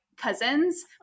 cousins